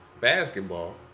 basketball